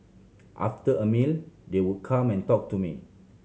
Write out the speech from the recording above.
after a meal they would come and talk to me